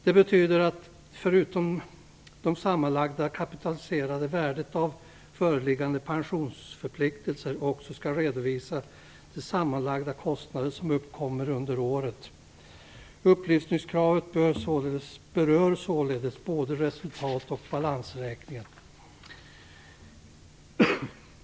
Det betyder att förutom det sammanlagda kapitaliserade värdet av föreliggande pensionsförpliktelser skall också redovisas de sammanlagda kostnader som uppkommit under året. Upplysningskravet berör således både resultatoch balansräkningarna.